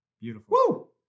Beautiful